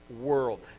world